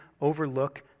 overlook